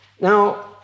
Now